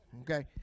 okay